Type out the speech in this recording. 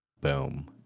boom